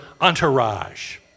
entourage